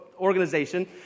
organization